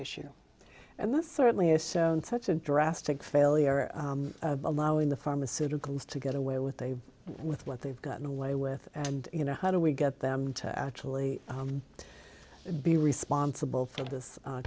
issue and that certainly is such a drastic failure allowing the pharmaceuticals to get away with a with what they've gotten away with and you know how do we get them to actually be responsible for this